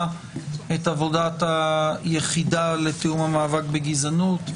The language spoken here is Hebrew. את עבודת היחידה לתיאום המאבק בגזענות.